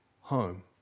home